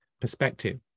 perspective